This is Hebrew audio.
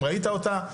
האם ראית אותה?